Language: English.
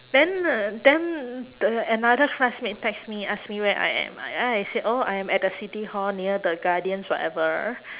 then the then the another classmate text me ask me where I am then I say oh I am at the city-hall near the guardians whatever